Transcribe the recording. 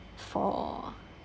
for